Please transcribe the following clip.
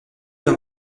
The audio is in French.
dans